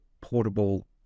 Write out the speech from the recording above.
portable